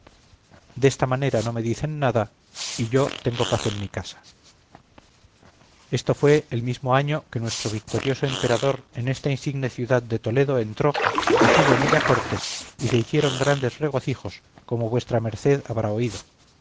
desta manera no me dicen nada y yo tengo paz en mi casa esto fue el mesmo año que nuestro victorioso emperador en esta insigne ciudad de toledo entró y tuvo en ella cortes y se hicieron grandes regocijos como vuestra merced habrá oído